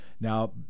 Now